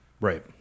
Right